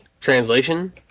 translation